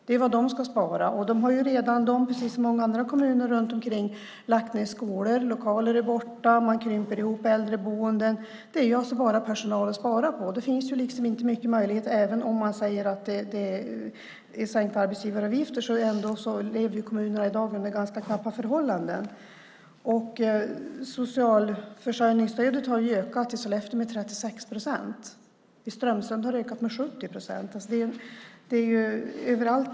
Det är vad de ska spara, och de har redan precis som många andra kommuner runt omkring lagt ned skolor, stängt lokaler, och krympt äldreboenden. Det är ju bara personalen man kan spara på. Det finns inte många möjligheter. Även om man säger att det är sänkta arbetsgivaravgifter så lever kommunerna i dag under ganska knappa förhållanden. Socialförsörjningsstödet har ökat i Sollefteå med 36 procent. I Strömsund har det ökat med 70 procent.